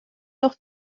noch